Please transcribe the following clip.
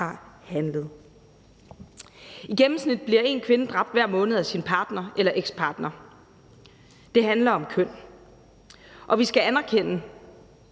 har handlet. I gennemsnit bliver en kvinde dræbt hver måned af sin partner eller ekspartner. Det handler om køn, og vi skal anerkende